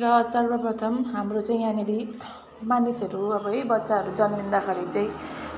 र सर्वप्रथम हाम्रो चाहिँ यहाँनिरि मानिसहरू अब है बच्चाहरू जन्मिँदाखेरि चाहिँ